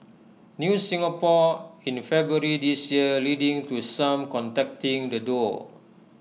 news Singapore in February this year leading to some contacting the duo